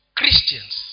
Christians